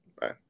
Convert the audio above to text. Bye